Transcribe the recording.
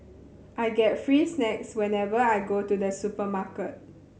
I get free snacks whenever I go to the supermarket